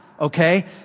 Okay